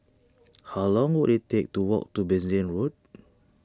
how long will it take to walk to Bassein Road